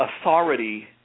authority